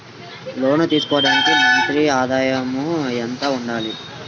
లోను తీసుకోవడానికి మంత్లీ ఆదాయము ఎంత ఉండాలి?